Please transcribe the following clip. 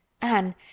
Anne